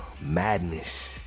madness